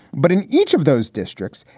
but in each of those districts,